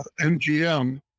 MGM